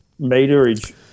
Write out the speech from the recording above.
meterage